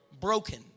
Broken